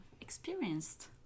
experienced